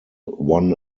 won